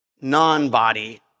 non-body